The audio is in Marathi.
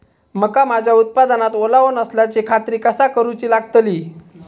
मका माझ्या उत्पादनात ओलावो नसल्याची खात्री कसा करुची लागतली?